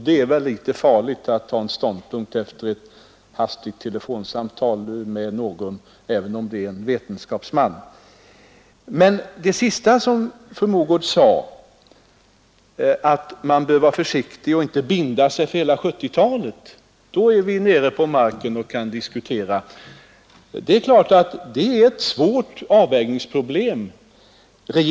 Det är väl litet farligt att inta en ståndpunkt efter ett hastigt telefonsamtal med någon, även om det är med en vetenskapsman. Men det sista som fru Mogård sade, att man bör vara försiktig och inte binda sig för hela 1970-talet, visar att vi är nere på marken igen och kan diskutera. Det är klart att avvägningsproblemet är svårt.